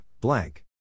blank